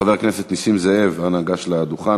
חבר הכנסת נסים זאב, אנא גש לדוכן.